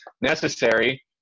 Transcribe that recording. necessary